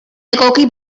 egoki